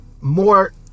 more